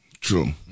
True